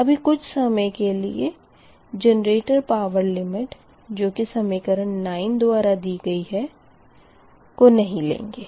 अभी कुछ समय के लिए जेनरेटर पावर लिमिट जो की समीकरण 9 द्वारा दी गई है को नही लेंगे